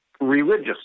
religious